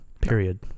Period